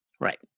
Right